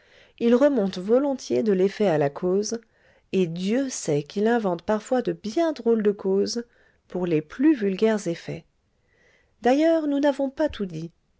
il remonte volontiers de l'effet à la cause et dieu sait qu'il invente parfois de bien drôles de causes pour les plus vulgaires effets d'ailleurs nous n'avons pas tout dit